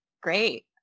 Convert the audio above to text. great